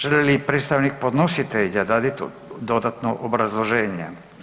Želi li predstavnik podnositelja dati dodatno obrazloženje?